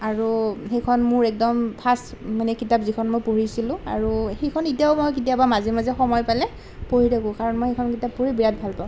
আৰু সেইখন মোৰ একদম মানে ফাৰ্ষ্ট কিতাপ যিখন মই পঢ়িছিলোঁ আৰু সেইখন এতিয়াও মই কেতিয়াবা মাজে মাজে সময় পালে পঢ়ি থাকোঁ কাৰণ মই সেইখন কিতাপ পঢ়ি বিৰাট ভাল পাওঁ